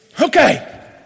Okay